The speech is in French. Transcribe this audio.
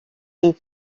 est